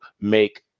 make